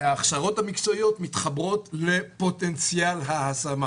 ההכשרות המקצועיות מתחברות לפוטנציאל ההשמה.